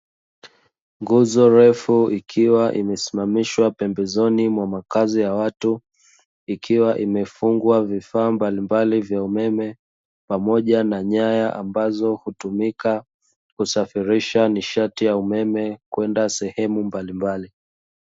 Nguzo refu ikiwa imesimamishwa pembezoni mwa makazi ya watu ikiwa imefungwa vifaa mbalimbali vya umeme pamoja na nyaya ambazo hutumika kusafirisha nishati ya umeme kwenda sehemu mbalimbali.